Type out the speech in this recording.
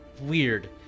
weird